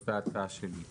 זאת ההצעה שלי.